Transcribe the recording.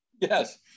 yes